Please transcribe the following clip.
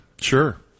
Sure